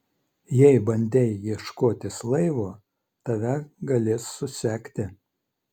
jei bandei ieškotis laivo tave galės susekti